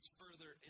further